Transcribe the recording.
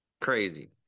crazy